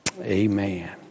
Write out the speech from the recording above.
Amen